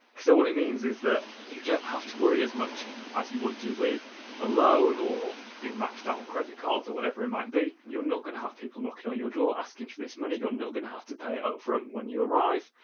so what it means is that you don't have to worry as much as you would do with a loan or being maxed-out on credit cards or whatever it might be you're not going to have people knocking on your door asking for this money, you're not going to have to pay up front when you arrive,